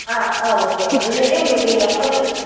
ஆ ஆ okay ma'am இது எப்படி உங்களுக்கு எம்எல்